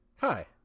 Hi